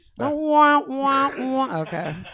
Okay